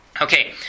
Okay